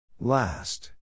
Last